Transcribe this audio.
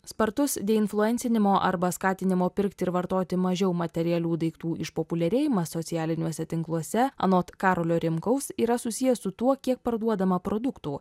spartus deinfluencinimo arba skatinimo pirkti ir vartoti mažiau materialių daiktų išpopuliarėjimas socialiniuose tinkluose anot karolio rimkaus yra susijęs su tuo kiek parduodama produktų